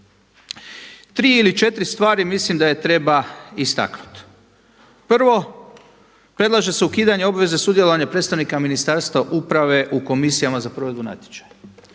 Tri ili četiri stvari mislim da treba istaknuti. Prvo, predlaže se ukidanje obveze sudjelovanja predstavnika Ministarstva uprave u komisijama za provedbu natječaja.